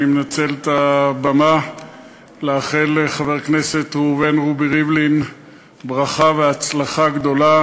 אני מנצל את הבמה לאחל לחבר הכנסת ראובן רובי ריבלין ברכה והצלחה גדולה,